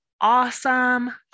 awesome